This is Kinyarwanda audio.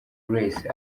grace